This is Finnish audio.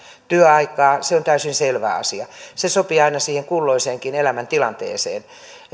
työaikaa se on täysin selvä asia se sopii aina siihen kulloiseenkin elämäntilanteeseen